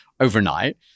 Overnight